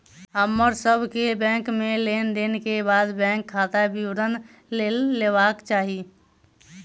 हमर सभ के बैंक में लेन देन के बाद बैंक खाता विवरण लय लेबाक चाही